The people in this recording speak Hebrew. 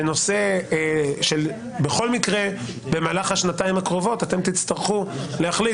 ונושא של בכל מקרה במהלך השנתיים הקרובות אתם תצטרכו להחליט,